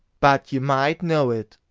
but you might know it,